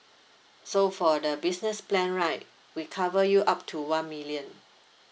so for the business plan right we cover you up to one million